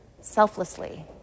selflessly